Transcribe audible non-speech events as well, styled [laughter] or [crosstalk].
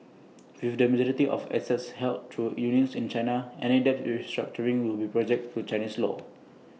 [noise] with the majority of assets held through units in China any debt restructuring will be subject to Chinese law